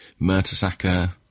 Murtasaka